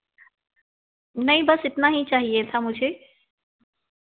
नहीं बस इतना ही चाहिए था मुझे